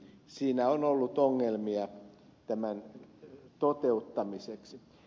siinä on ollut ongelmia tämän toteuttamiseksi